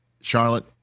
Charlotte